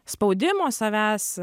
spaudimo savęs